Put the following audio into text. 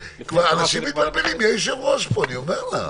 אנשים מתבלבלים מי היושב-ראש פה, אני אומר לך.